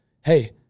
hey